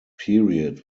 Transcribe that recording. period